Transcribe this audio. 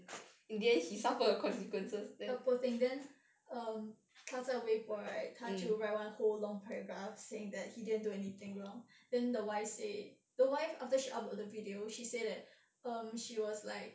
poor thing then um cause 在微博 right 他就 write one whole long paragraph saying that he didn't do anything wrong then the wife said the wife after she upload the video she said that um she was like